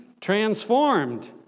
transformed